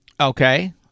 Okay